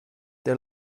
der